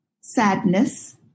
sadness